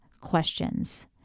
questions